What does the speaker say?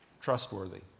trustworthy